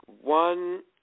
one